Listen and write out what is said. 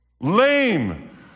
Lame